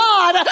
God